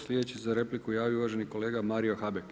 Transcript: Slijedeći za repliku javio uvaženi kolega Mario Habek.